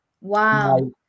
Wow